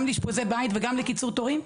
גם לאשפוזי בית וגם לקיצור תורים?